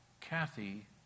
Kathy